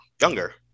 younger